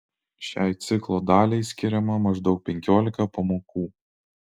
šiai ciklo daliai skiriama maždaug penkiolika pamokų